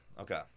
Okay